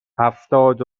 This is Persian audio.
هفتاد